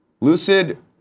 Lucid